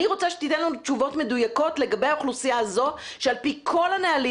אני רוצה שתיתן לנו תשובות מדויקות לגבי האוכלוסייה הזאת שעל פי כל הנהלים